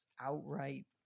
outright